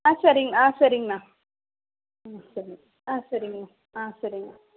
ஆ சரிங் ஆ சரிங்கண்ணா ம் சரிங்க ஆ சரிங்கண்ணா ஆ சரிங்க